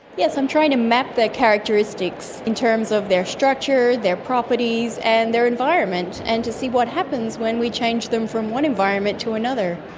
yes, i'm trying to map their characteristics in terms of their structure, their properties and their environment and to see what happens when we change them from one environment to another,